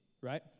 right